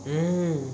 mmhmm